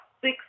six